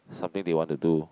something they want to do